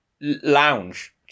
lounge